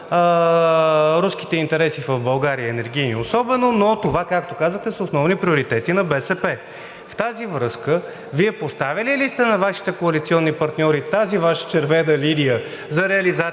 руските интереси в България, енергийни особено, това, както казахте, са основни приоритети на БСП. В тази връзка Вие поставяли ли сте на Вашите коалиционни партньори тази Ваша червена линия за реализацията